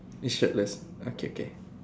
shirtless okay okay